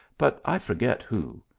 but i forget who.